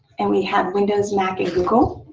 and we have windows, mac, and google.